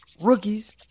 rookies